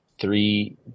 three